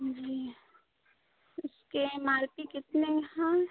जी उसकी M R P कितनी है